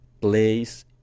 place